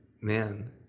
Man